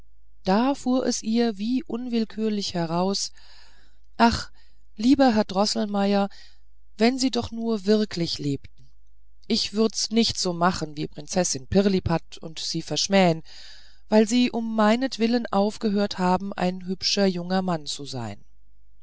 da fuhr es ihr wie unwillkürlich heraus ach lieber herr droßelmeier wenn sie doch nur wirklich lebten ich würd's nicht so machen wie prinzessin pirlipat und sie verschmähen weil sie um meinetwillen aufgehört haben ein hübscher junger mann zu sein